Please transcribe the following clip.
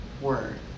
word